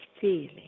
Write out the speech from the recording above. feeling